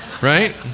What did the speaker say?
Right